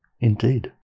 Indeed